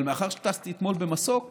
אבל מאחר שטסתי אתמול במסוק